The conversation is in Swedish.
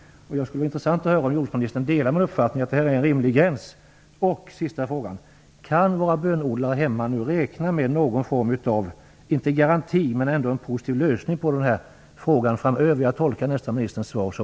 Det vore intressant att höra om jordbruksministern delar min uppfattning att det är en rimlig gräns. Min sista fråga lyder: Kan våra bönodlare därhemma räkna med någon form av om inte en garanti så ändå en positiv lösning av frågan framöver? Jag tolkar nästan ministerns svar så.